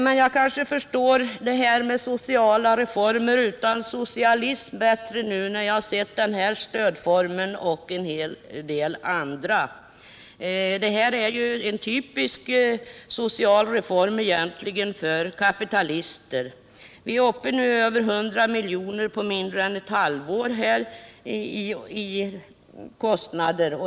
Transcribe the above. Men jag vill säga att systemet med sociala reformer utan socialism förstår jag bättre nu, sedan jag sett hur den här stödformen och en hel del andra fungerar. Den stödform vi diskuterar innebär egentligen en typisk social reform för kapitalister. På mindre än ett halvår är vi nu uppe i över 100 miljoner i kostnader.